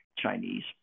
Chinese